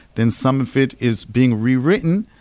then some of it is being rewritten.